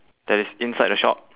that is inside the shop